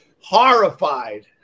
horrified